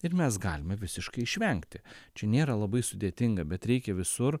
ir mes galime visiškai išvengti čia nėra labai sudėtinga bet reikia visur